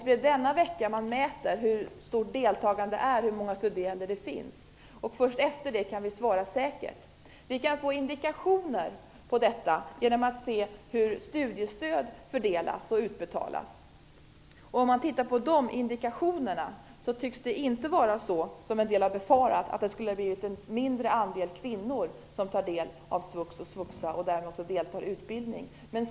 Det är denna vecka man mäter hur stort deltagandet är och hur många studerande det finns. Först efter det kan vi svara säkert. Vi kan få indikationer på detta genom att se hur studiestöd fördelas och utbetalas. Om man tittar på de indikationerna tycks det inte vara så som en del har befarat, att det skulle ha blivit en mindre andel kvinnor som tar del av svux och svuxa och därmed också deltar i utbildning.